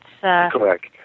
Correct